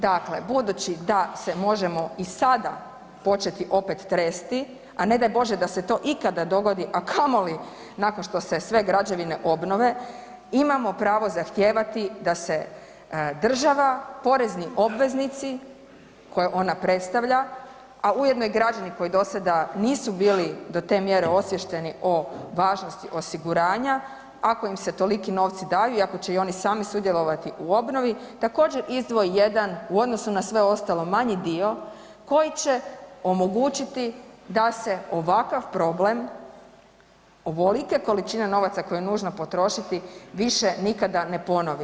Dakle, budući da se možemo i sada početi opet tresti, a ne daj Bože da se to ikada dogodi, a kamoli nakon što se sve građevine obnove, imamo pravo zahtijevati da se država, porezni obveznici koje ona predstavlja, a ujedno i građani koji do sada nisu bili do te mjere osviješteni o važnosti osiguranja, ako im se toliki novci daju i ako će i oni sami sudjelovati u obnovi također izdvoji jedan u odnosu na sve ostalo manji dio koji će omogućiti da se ovakav problem ovolike količine novaca koje je nužno potrošiti više nikada ne ponovi.